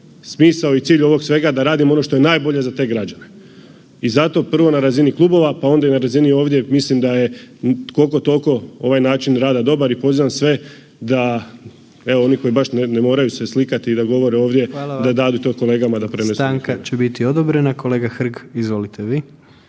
smisao i cilj ovog svega da radimo ono što je najbolje za te građane. I zato prvo na razini klubova, pa onda i na razini ovdje mislim da je koliko toliko ovaj način rada dobar i pozivam sve da oni koji baš ne moraju se slikati i da govore ovdje …/Upadica: Hvala vam./… da datu to kolegama da